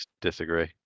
disagree